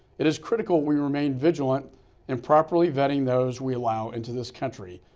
it is critical we remain vigilant and properly vetting those we allow into this country,